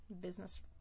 business